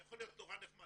אני יכול להיות נורא נחמד,